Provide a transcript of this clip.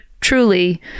truly